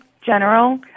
General